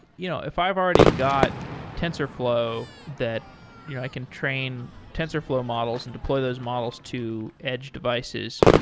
you know if i've already got tensorflow that you know i can train tensorflow models and deploy those models to edge devices,